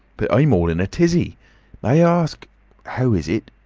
but i'm all in a tizzy. may i ask how is it?